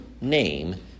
name